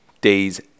days